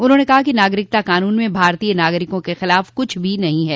उन्होंने कहा कि नागरिकता कानून में भारतीय नागरिकों के खिलाफ कुछ भी नहीं है